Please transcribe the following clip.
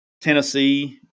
Tennessee